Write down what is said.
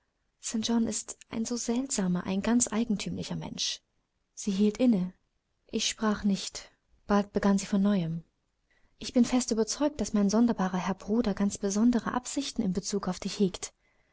ist ein so seltsamer ein ganz eigentümlicher mensch sie hielt inne ich sprach nicht bald begann sie von neuem ich bin fest überzeugt daß mein sonderbarer herr bruder ganz besondere ansichten in bezug auf dich hegt